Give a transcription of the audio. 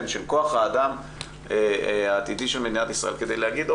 של כוח האדם העתידי של מדינת ישראל כדי להגיד,